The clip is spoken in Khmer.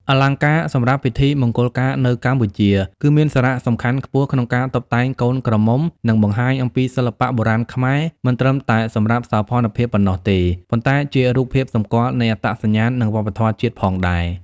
អលង្ការសម្រាប់ពិធីមង្គលការនៅកម្ពុជា គឺមានសារៈសំខាន់ខ្ពស់ក្នុងការតុបតែងកូនក្រមុំ និងបង្ហាញអំពីសិល្បៈបុរាណខ្មែរ។ មិនត្រឹមតែសម្រាប់សោភ័ណភាពប៉ុណ្ណោះទេ ប៉ុន្តែជារូបភាពសម្គាល់នៃអត្តសញ្ញាណ និងវប្បធម៌ជាតិផងដែរ។